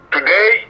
Today